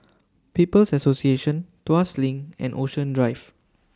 People's Association Tuas LINK and Ocean Drive